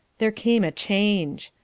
there came a change.